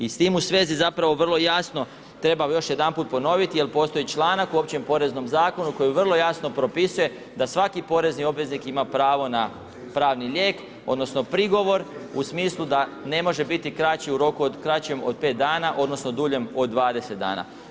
I s tim u svezi zapravo vrlo jasno treba još jedanput ponoviti, jer postoji članak u općem poreznom zakonu koji vrlo jasno propisuje da svaki porezni obveznik ima pravo na pravni lijek, odnosno prigovor u smislu da ne može biti u roku kraćem od 5 dana, odnosno duljem od 20 dana.